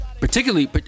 Particularly